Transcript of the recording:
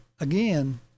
again